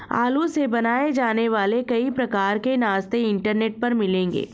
आलू से बनाए जाने वाले कई प्रकार के नाश्ते इंटरनेट पर मिलेंगे